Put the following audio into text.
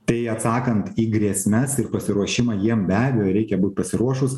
tai atsakant į grėsmes ir pasiruošimą jiem be abejo reikia būt pasiruošus